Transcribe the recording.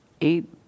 eight